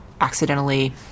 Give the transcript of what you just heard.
accidentally